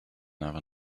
never